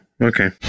Okay